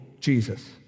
Jesus